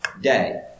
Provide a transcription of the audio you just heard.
day